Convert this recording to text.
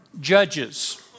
Judges